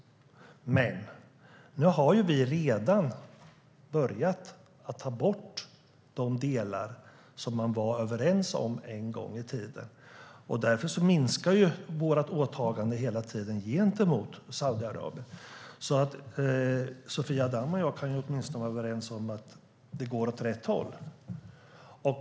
Men nu har vi redan börjat att ta bort de delar som man var överens om en gång i tiden. Därför minskar vårt åtagande gentemot Saudiarabien hela tiden. Sofia Damm och jag kan åtminstone vara överens om att det går åt rätt håll.